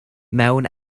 mewn